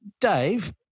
Dave